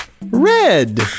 Red